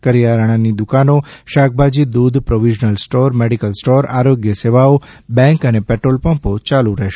કરિયાણાની દુકાનો શાકભાજી દૂધ પ્રોવિઝન સ્ટોર મેડિકલ સ્ટોર આરોગ્ય સેવાઓ બેંક અને પેટ્રોલ પંપો ચાલુ રહેશે